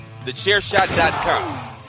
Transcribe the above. TheChairShot.com